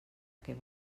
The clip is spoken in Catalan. què